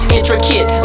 Intricate